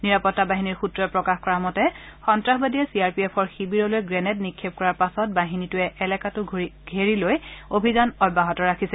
নিৰাপত্তা বাহিনীৰ সূত্ৰই প্ৰকাশ কৰা মতে সন্নাসবাদীয়ে চি আৰ পি এফৰ শিবিৰলৈ গ্লেণেড নিক্ষেপ কৰাৰ পাছত বাহিনীটোৱে এলকাটো ঘেৰি লৈ অভিযান অব্যাহত ৰাখিছে